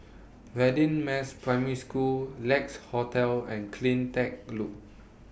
Radin Mas Primary School Lex Hotel and CleanTech Loop